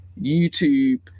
YouTube